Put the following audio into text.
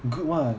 good [what]